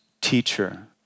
teacher